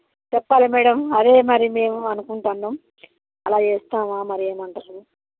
చెప్పాలి మేడం అదే మరి మేము అనుకుంటున్నాము అలా చేస్తామా మరి ఏమంటారు